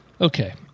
Okay